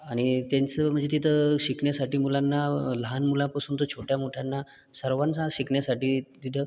आणि त्यांचं म्हणजे तिथं शिकण्यासाठी मुलांना लहान मुलापासून ते छोट्या मोठ्यांना सर्वांना शिकण्यासाठी तिथं